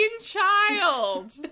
child